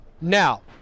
Now